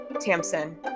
Tamsin